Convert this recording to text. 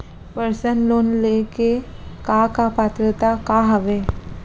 Personal loan ले के का का पात्रता का हवय?